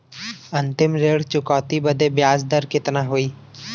अंतिम ऋण चुकौती बदे ब्याज दर कितना होई?